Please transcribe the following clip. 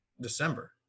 december